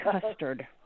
custard